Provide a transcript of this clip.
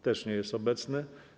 Też nie jest obecny.